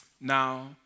Now